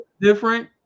Different